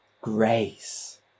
grace